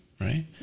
right